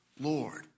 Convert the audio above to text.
Lord